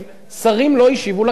שרים לא השיבו לכנסת.